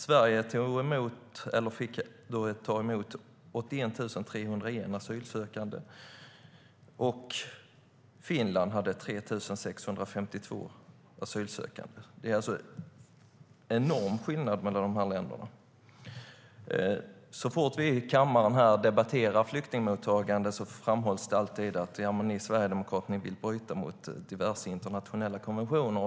Sverige fick ta emot 81 301 asylsökande. Finland hade 3 652 asylsökande. Det är alltså en enorm skillnad mellan de här länderna. Så fort vi i kammaren debatterar flyktingmottagande framhålls detta: Ni sverigedemokrater vill bryta mot diverse internationella konventioner.